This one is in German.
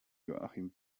joachim